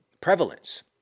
prevalence